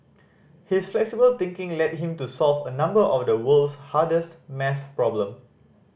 his flexible thinking led him to solve a number of the world's hardest maths problem